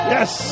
Yes